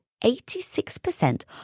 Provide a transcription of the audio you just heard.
86%